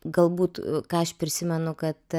galbūt ką aš prisimenu kad